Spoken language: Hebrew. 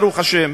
ברוך השם,